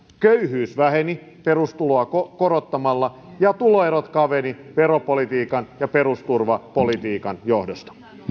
köyhyys väheni perustuloa korottamalla ja tuloerot kapenivat veropolitiikan ja perusturvapolitiikan johdosta